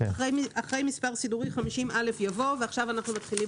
אחרי מספר סידורי 50א יבוא: עכשיו אנחנו מתחילים